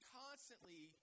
constantly